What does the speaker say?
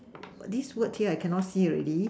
this word here I cannot see already